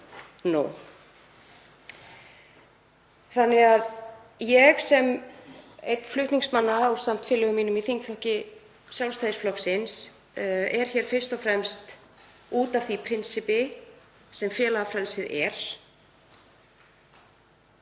vera nóg. Ég sem einn flutningsmanna ásamt félögum mínum í þingflokki Sjálfstæðisflokksins er hér fyrst og fremst út af því prinsippi sem félagafrelsi er.